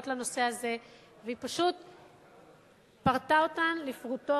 בנושא הזה והיא פשוט פרטה אותן לפרוטות,